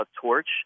torch